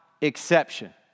exception